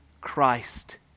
Christ